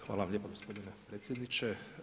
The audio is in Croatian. Hvala vam lijepa gospodine predsjedniče.